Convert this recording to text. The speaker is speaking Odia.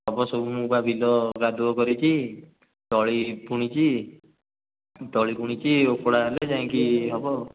ହେବ ସବୁ ମୁଁ ବା ବିଲ କାଦୁଅ କରିକି ତଳି ବୁଣିକି ତଳି ବୁଣିଛି ଓପଡ଼ା ହେଲେ ଯାଇଁ କି ହେବ ଆଉ